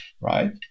right